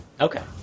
Okay